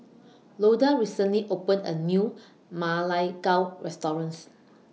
Loda recently opened A New Ma Lai Gao restaurants